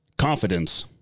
Confidence